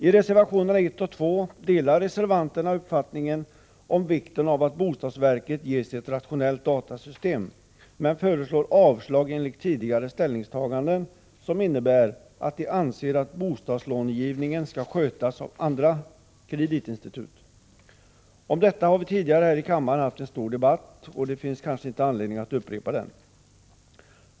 I reservationerna 1 och 2 delar reservanterna uppfattningen om vikten av att bostadsverket ges ett rationellt datasystem, men föreslår avslag enligt tidigare ställningstaganden, som innebär att de anser att bostadslånegivningen skall skötas av andra kreditinstitut. Om detta har vi tidigare här i kammaren haft en stor debatt, och det finns väl inte anledning att upprepa den.